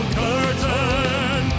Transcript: curtain